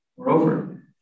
Moreover